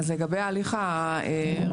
לגבי ההליך הרגולטורי,